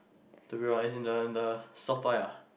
the real one as in the the soft toy ah